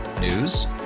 News